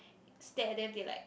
stare at them they like